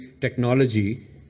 technology